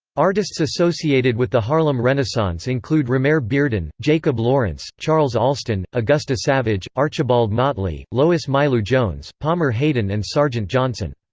artists associated with the harlem renaissance include romare bearden, jacob lawrence charles alston, augusta savage, archibald motley, lois mailou jones, palmer hayden and sargent johnson.